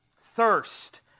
thirst